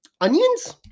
onions